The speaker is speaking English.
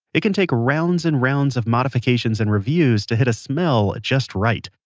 it can take rounds and rounds of modifications and reviews to hit a smell just right.